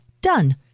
Done